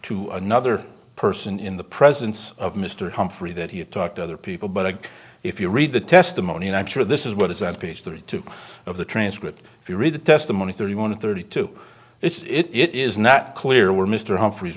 to another person in the presence of mr humphrey that he had talked to other people but if you read the testimony and i'm sure this is what is on page thirty two of the transcript if you read the testimony thirty one thirty two it's it is not clear where mr humphries